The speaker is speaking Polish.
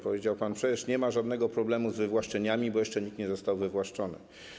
Powiedział pan: przecież nie ma żadnego problemu z wywłaszczeniami, bo jeszcze nikt nie został wywłaszczony.